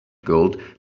gold